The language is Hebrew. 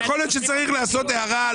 הנכסים --- אז יכול להיות שצריך לעשות הערה,